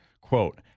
Quote